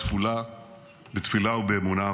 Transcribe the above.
בתפילה ובאמונה,